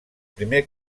primer